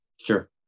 Sure